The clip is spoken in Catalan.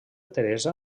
teresa